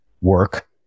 work